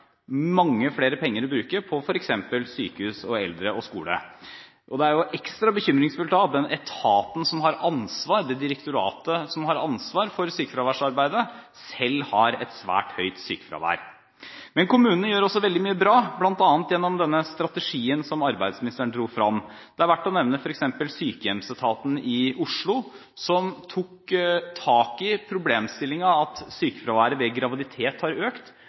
penger å bruke på f.eks. sykehus, eldre og skole. Det er ekstra bekymringsfullt at den etaten, det direktoratet, som har ansvar for sykefraværsarbeidet, selv har et svært høyt sykefravær. Men kommunene gjør også veldig mye bra, bl.a. gjennom den strategien arbeidsministeren trakk frem. Verd å nevne er f.eks. sykehjemsetaten i Oslo, som tok tak i problemstillingen at sykefraværet ved graviditet har økt.